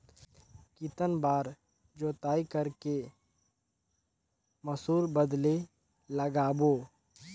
कितन बार जोताई कर के मसूर बदले लगाबो?